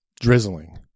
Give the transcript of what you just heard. drizzling